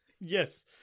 Yes